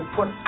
put